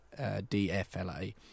DFLA